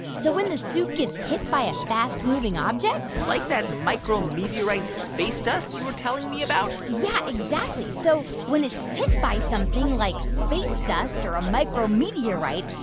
so when the suit gets hit by a fast-moving object. like that micrometeorite space dust you were telling me about? yeah, exactly. so when it's hit by something like space dust or a micrometeorite,